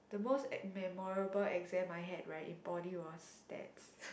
the most ex~ memorable exam I had right in poly was